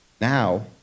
Now